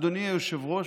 אדוני היושב-ראש,